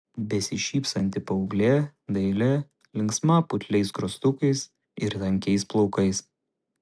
besišypsanti paauglė daili linksma putliais skruostukais ir tankiais plaukais